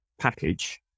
package